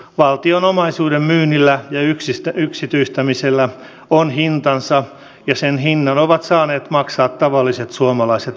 valtion omaisuuden myynnillä ja yksityistämisellä on hintansa ja sen hinnan ovat saaneet maksaa tavalliset suomalaiset veronmaksajat